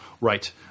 Right